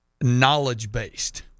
knowledge-based